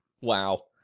Wow